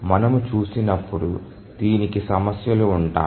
మనము చూసినప్పుడు దీనికి సమస్యలు ఉంటాయి